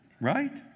Right